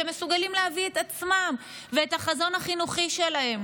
שהם מסוגלים להביא את עצמם ואת החזון החינוכי שלהם,